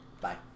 Bye